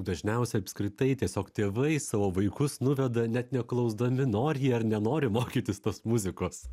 dažniausiai apskritai tiesiog tėvai savo vaikus nuveda net neklausdami nori jie ar nenori mokytis tos muzikos